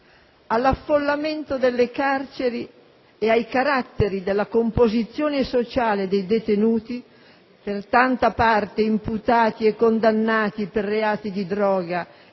All'affollamento delle carceri e al carattere della composizione sociale dei detenuti, per tanta parte imputati e condannati per reati di droga